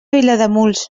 vilademuls